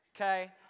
okay